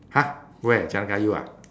!huh! where jalan kayu ah